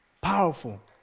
Powerful